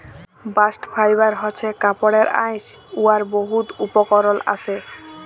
bast fibre হছে কাপড়ের আঁশ উয়ার বহুত উপকরল আসে